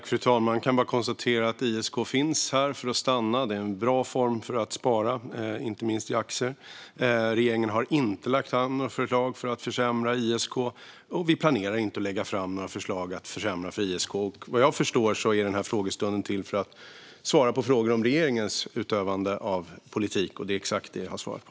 Fru talman! Jag kan bara konstatera att ISK finns här för att stanna. Det är en bra form för att spara, inte minst i aktier. Regeringen har inte lagt fram något förslag om att försämra ISK, och vi planerar inte att lägga fram några förslag om att försämra ISK. Vad jag förstår är den här frågestunden till för att svara på frågor om regeringens utövande av politik, och det är exakt det som jag har svarat på.